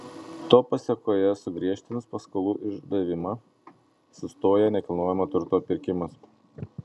to pasėkoje sugriežtinus paskolų išdavimą sustoja nekilnojamo turto pirkimas